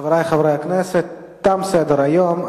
חברי חברי הכנסת, תם סדר-היום.